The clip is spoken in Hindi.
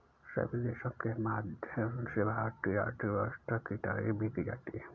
सभी देशों के माध्यम से भारतीय आर्थिक व्यवस्था की तारीफ भी की जाती है